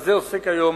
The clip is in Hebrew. בזה עוסק היום